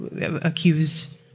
accuse